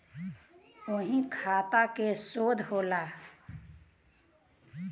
बहीखाता के शोध होला